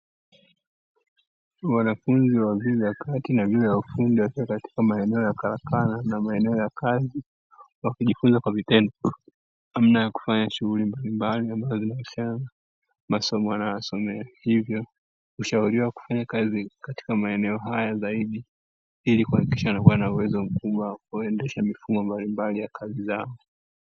Wanafunzi wa vyuo vya kati na vyuo vya ufundi, wakiwa katika maeneo ya karakana na maeneo ya kazi; wakijifunza kwa vitendo namna ya kufanya shughuli mbalimbali ambazo zinahusiana na masomo wanayosomea, hivyo ushauriwa kufanya kazi katika maeneo hayo zaidi ili kuhakikisha wana kuwa na uwezo mkubwa wa kuendesha mifumo mbalimbali ya kazi zao.